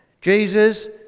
Jesus